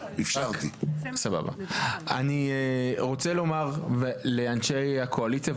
אני רוצה לומר לאנשי הקואליציה,